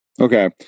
Okay